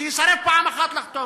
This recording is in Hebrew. שיסרב פעם אחת לחתום.